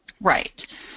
right